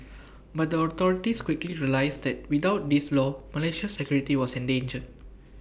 but the authorities quickly realised that without this law Malaysia's security was endangered